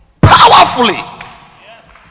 powerfully